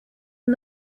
and